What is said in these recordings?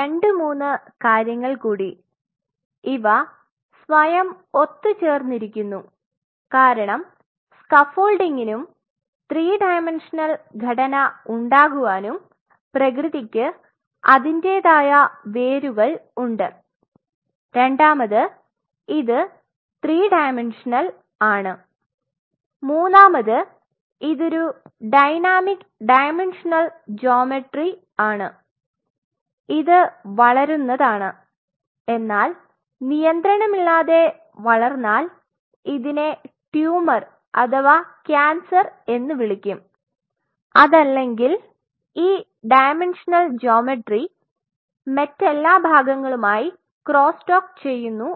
രണ്ട് മൂന്ന് കാര്യങ്ങൾ കൂടി ഇവ സ്വയം ഒത്തുചെർന്നിരിക്കുന്നു കാരണം സ്കാഫോൾഡിങ്ങിനും 3 ഡയമെന്ഷനൽ ഘടന ഉണ്ടാകുവാനും പ്രകൃതിക് അതിന്റെതായ വേരുകൾ ഉണ്ട് രണ്ടാമത് ഇത് 3 ഡയമെന്ഷനൽ ആണ് മൂന്നാമത് ഇത് ഒരു ഡയനാമിക് ഡയമെന്ഷനൽ ജ്യോമെട്രി ആണ് ഇത് വളരുന്നതാണ് എന്നാൽ നിയന്ത്രണമില്ലാതെ വളർന്നാൽ ഇതിനെ ട്യൂമർ അഥവാ കാൻസർ എന്ന് വിളിക്കും അതല്ലെങ്കിൽ ഈ ഡയമെന്ഷനൽ ജ്യോമെട്രി മറ്റെല്ലാഭാഗങ്ങളുമായി ക്രോസ്സ് ടോക്ക് ചെയുന്നു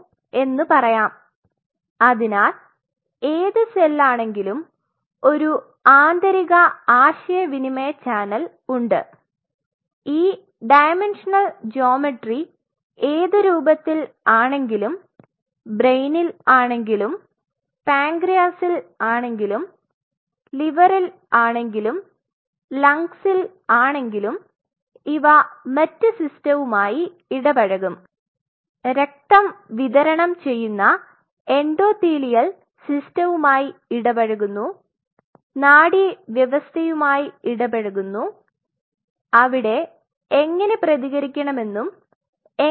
എന്ന് പറയാം അതിനാൽ ഏതു സെല്ലാണെങ്കിലും ഒരു ആന്തരിക ആശയവിനിമയ ചാനൽ ഉണ്ട് ഈ ഡയമെന്ഷനൽ ജ്യോമെട്രി ഏത് രൂപത്തിൽ ആണെങ്കിലും ബ്രൈനിൽ ആണെങ്കിലും പാൻക്രിയാസിൽ ആണെങ്കിലും ലിവറിൽ ആണെങ്കിലും ലങ്സിൽ ആണെകിലും ഇവ മറ്റ് സിറ്റവുമായി ഇടപഴകും രക്തം വിതരണം ചെയ്യുന്ന എൻഡോത്തീലിയൽ സിസ്റ്റവുമായി ഇടപഴകുന്നു നാഡീവ്യവസ്ഥയുമായി ഇടപഴകുന്നു അവിടെ എങ്ങനെ പ്രതികരിക്കണമെന്നും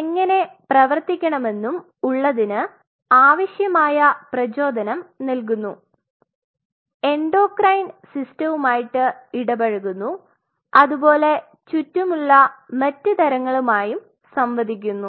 എങ്ങനെ പ്രവർത്തിക്കണമെന്നും ഉള്ളതിന് ആവശ്യമായ പ്രചോദനം നൽകുന്നു എൻഡോക്രൈൻ സിസ്റ്റവുമായിട്ട് ഇടപഴകുന്നു അതുപോലെ ചുറ്റുമുള്ള മറ്റ് തരങ്ങളുമായും സംവദിക്കുന്നു